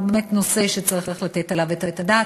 הוא באמת נושא שצריך לתת עליו את הדעת,